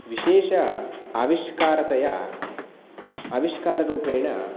विशेष आविष्कारतया आविष्काररूपेण